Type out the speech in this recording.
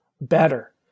better